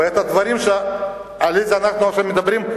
ואת הדברים שעליהם שאנחנו עכשיו מדברים.